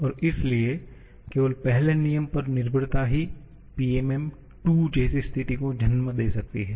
और इसलिए केवल पहले नियम पर निर्भरता ही पीएमएम II जैसी स्थिति को जन्म दे सकती है